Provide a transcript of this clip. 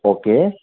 okay